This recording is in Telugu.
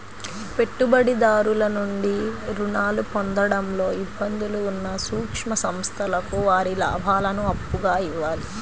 పెట్టుబడిదారుల నుండి రుణాలు పొందడంలో ఇబ్బందులు ఉన్న సూక్ష్మ సంస్థలకు వారి లాభాలను అప్పుగా ఇవ్వాలి